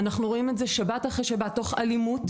אנחנו רואים את זה שבת אחרי שבת תוך אלימות,